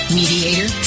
mediator